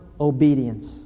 obedience